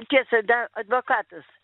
tiesa da advokatas